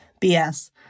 BS